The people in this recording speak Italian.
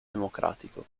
democratico